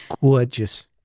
Gorgeous